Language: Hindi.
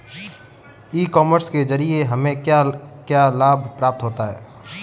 ई कॉमर्स के ज़रिए हमें क्या क्या लाभ प्राप्त होता है?